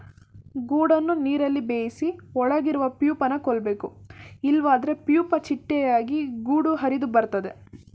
ಗೂಡನ್ನು ನೀರಲ್ಲಿ ಬೇಯಿಸಿ ಒಳಗಿರುವ ಪ್ಯೂಪನ ಕೊಲ್ಬೇಕು ಇಲ್ವಾದ್ರೆ ಪ್ಯೂಪ ಚಿಟ್ಟೆಯಾಗಿ ಗೂಡು ಹರಿದು ಹೊರಬರ್ತದೆ